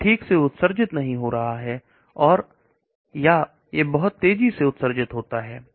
यह ठीक से उत्सर्जित नहीं हो रहा है या यह बहुत तेजी से उत्सर्जित हो रहा है